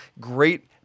great